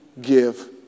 give